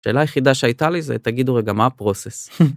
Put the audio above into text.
השאלה היחידה שהייתה לי זה תגידו רגע מה הפרוסס.